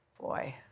Boy